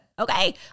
Okay